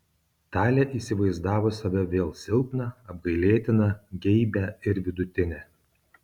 talė įsivaizdavo save vėl silpną apgailėtiną geibią ir vidutinę